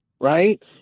right